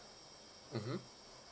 mmhmm